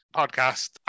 podcast